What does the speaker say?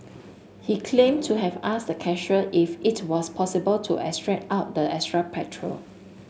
he claimed to have asked the cashier if it was possible to extract out the extra petrol